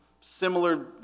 similar